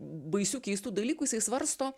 baisių keistų dalykų jisai svarsto